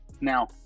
Now